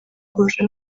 kurusha